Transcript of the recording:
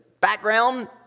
background